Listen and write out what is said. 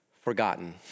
forgotten